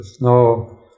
no